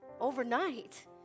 overnight